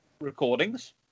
recordings